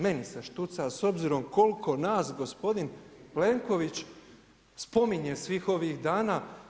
Meni se štuca s obzirom koliko nas gospodin Plenković spominje svih ovih dana.